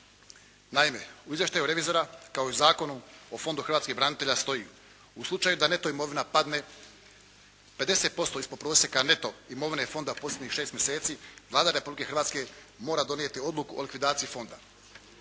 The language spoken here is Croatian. Naime, u izvještaju revizora kao i u Zakonu o fondu hrvatskih branitelja stoji: "U slučaju da neto imovina padne 50% ispod prosjeka neto imovine fonda posljednjih šest mjeseci Vlada Republike Hrvatske mora donijeti odluku o likvidaciji fonda.".